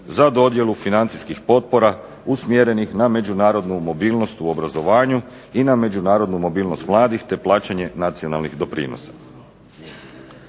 za dodjelu financijskih potpora usmjerenih na međunarodnu mobilnost u obrazovanju i na međunarodnu mobilnost mladih te plaćanje nacionalnih doprinosa.